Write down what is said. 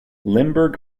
limburg